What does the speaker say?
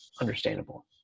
understandable